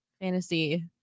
fantasy